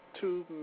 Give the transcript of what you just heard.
Two